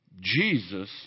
Jesus